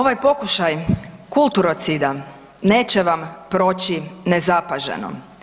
Ovaj pokušaj kulturocida neće vam proći nezapaženo.